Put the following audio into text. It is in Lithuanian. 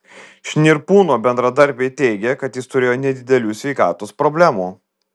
šnirpūno bendradarbiai teigė kad jis turėjo nedidelių sveikatos problemų